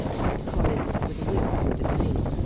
said collins with a wink and a grin.